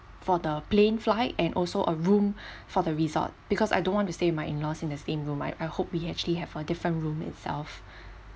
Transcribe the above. for the plane flight and also a room for the resort because I don't want to stay with my in laws in the same room I I hope we actually have uh different room itself